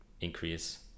increase